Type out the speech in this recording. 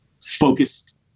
focused